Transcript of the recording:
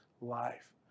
life